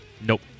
Nope